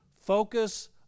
Focus